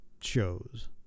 shows